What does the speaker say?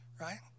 Right